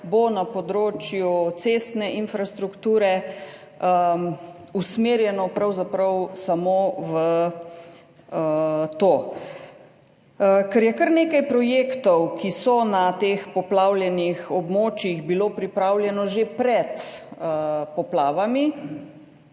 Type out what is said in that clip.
bosta na področju cestne infrastrukture usmerjeni pravzaprav samo v to. Ker je bilo kar nekaj projektov, ki so na teh poplavljenih območjih, pripravljenih že pred poplavami,